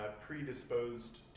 predisposed